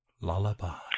lullaby